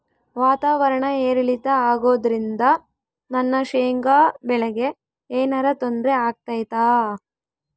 ವಾತಾವರಣ ಏರಿಳಿತ ಅಗೋದ್ರಿಂದ ನನ್ನ ಶೇಂಗಾ ಬೆಳೆಗೆ ಏನರ ತೊಂದ್ರೆ ಆಗ್ತೈತಾ?